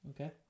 Okay